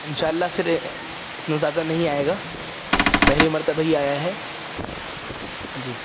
ان شاء اللہ پھر اتنا زیادہ نہیں آئے گا پہلی مرتبہ ہی آیا ہے جی